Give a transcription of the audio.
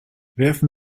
werfen